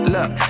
Look